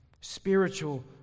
spiritual